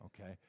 okay